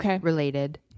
related